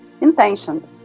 intention